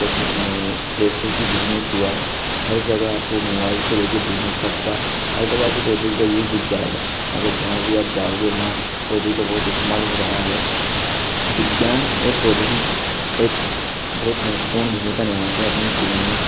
जैसे कि बिजनेस हुआ हर जगह आपको मोबाइल से ले के बिजनेस तक का हर जगह आपको प्रौद्योगिकी का यूज़ दिख जाएगा अगर जहाँ भी आप जाओगे वहाँ प्रौद्योगिकी का बहुत इस्तेमाल हो रहा है विज्ञान और प्रौद्योगिकी एक बहुत महत्वपूर्ण भूमिका निभाते हैं अपने जीवन में